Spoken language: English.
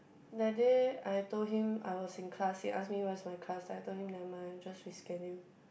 that day I told him I was in class he ask me where's my class then I told him never mind just reschedule